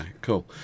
cool